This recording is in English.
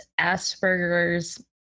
Asperger's